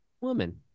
woman